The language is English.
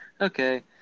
Okay